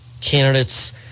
candidates